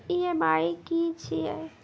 EMI की छिये?